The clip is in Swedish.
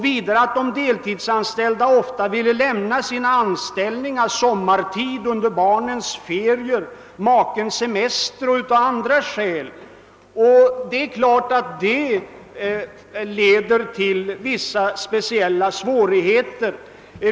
Vidare ville de deltidsanställda ofta lämna sina anställningar sommartid under barnens ferier, makens semester etc. Det medför ju vissa speciella svårigheter.